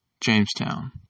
Jamestown